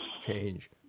change